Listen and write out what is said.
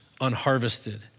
unharvested